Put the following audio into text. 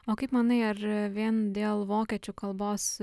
o kaip manai ar vien dėl vokiečių kalbos